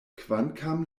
kvankam